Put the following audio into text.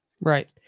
Right